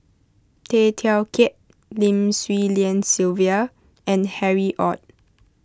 Tay Teow Kiat Lim Swee Lian Sylvia and Harry Ord